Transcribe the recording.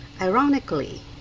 Ironically